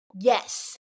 Yes